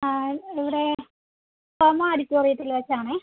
ആ ഇവിടെ ഭാമ ഓഡിറ്റോറിയത്തിൽ വെച്ചാണേ